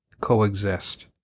coexist